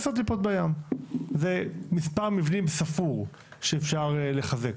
זה מספר מבנים ספור שאפשר לחזק.